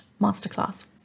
masterclass